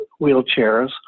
wheelchairs